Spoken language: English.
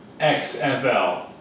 XFL